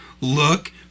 look